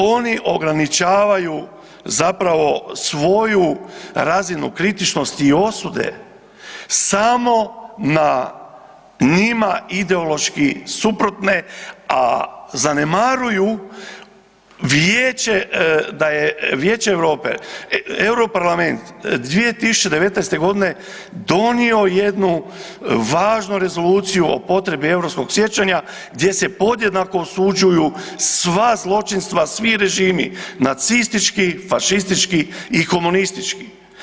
Oni ograničavaju zapravo svoju razinu kritičnosti i osude samo na njima ideološki suprotne, a zanemaruju Vijeće EU, Europarlament, 2019. donio jednu važnu rezoluciju o potrebi europskog sjećanja gdje se podjednako osuđuju sva zločinstva, svi režimi, nacistički, fašistički i komunistički.